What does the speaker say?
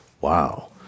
wow